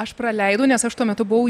aš praleidau nes aš tuo metu buvau